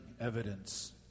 evidence